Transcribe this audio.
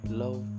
love